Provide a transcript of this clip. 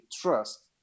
trust